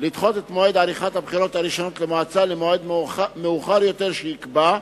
לדחות את מועד עריכת הבחירות הראשונות למועצה למועד מאוחר יותר שיקבע,